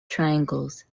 triangles